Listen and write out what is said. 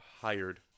hired